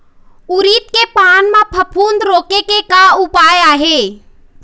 उरीद के पान म फफूंद रोके के का उपाय आहे?